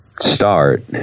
start